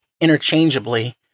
interchangeably